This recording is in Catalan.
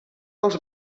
els